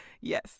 Yes